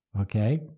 Okay